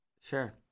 Sure